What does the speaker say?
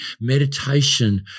meditation